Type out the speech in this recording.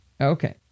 Okay